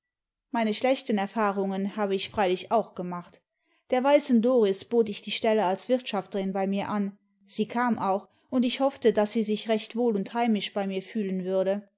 meine schlechten erfahrungen habe ich freilich auch gemacht der weißen doris bot ich die stelle als wirtschafterin bei mir an sie kam auch und ich hoffte daß sie sich recht wohl und heinusch bei mir fühlen würde